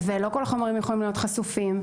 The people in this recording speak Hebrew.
ולא כל החומרים יכולים להיות חשופים,